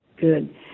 good